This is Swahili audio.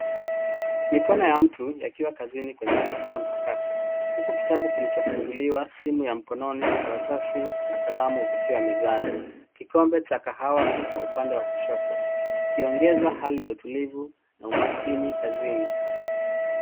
Mikono ya mtu yakiwa kazini kwenye kompyuta mpakato. Huku kitabu kilichofunguliwa, simu ya mkononi, karatasi, na kalamu vikiwa mezani. Kikombe cha kahawa kiko upande wa kushoto, kikiongeza hali ya utulivu na umakini kazini.